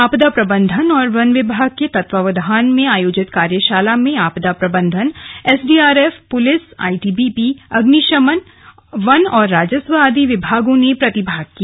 आपदा प्रबंधन और वन विभाग के तत्वावधान में आयोजित कार्यशाला में आपदा प्रबंधन एसडीआरएफ पुलिस आईटीबीपी फायर वन राजस्व आदि विभागों ने प्रतिभाग किया